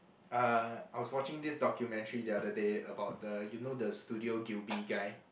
uh I was watching this documentary the other day about the you know the Studio-Ghibli guy